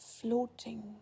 floating